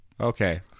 Okay